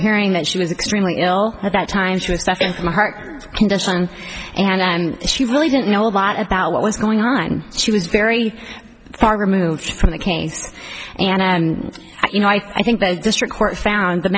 hearing that she was extremely ill at that time she was suffering from a heart condition and she really didn't know a lot about what was going on she was very far removed from the case and you know i think the district court found the